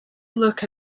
look